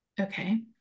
Okay